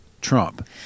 Trump